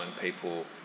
people